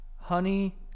Honey